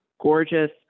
gorgeous